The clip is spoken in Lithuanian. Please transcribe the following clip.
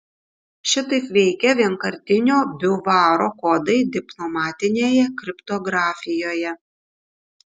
šitaip veikia vienkartinio biuvaro kodai diplomatinėje kriptografijoje